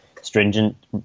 stringent